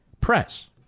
press